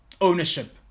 ownership